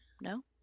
No